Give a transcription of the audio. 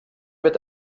wird